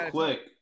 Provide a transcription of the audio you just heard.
quick